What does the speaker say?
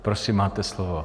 Prosím, máte slovo.